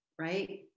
right